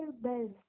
bell